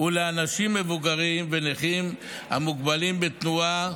ולאנשים מבוגרים ונכים המוגבלים בתנועה